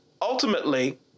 ultimately